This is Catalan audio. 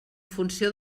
funció